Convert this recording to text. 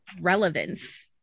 relevance